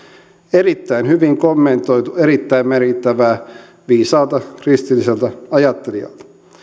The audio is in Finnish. erittäin hyvin kommentoitu erittäin merkittävää viisaalta kristilliseltä ajattelijalta